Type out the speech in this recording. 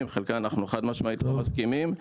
ולחלקן אנחנו לא מסכימים חד-משמעית.